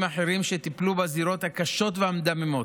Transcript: אחרים שטיפלו בזירות הקשות והמדממות.